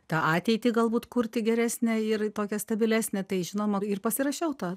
tą ateitį galbūt kurti geresnę ir tokią stabilesnę tai žinoma ir pasirašiau tą